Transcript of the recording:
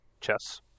chess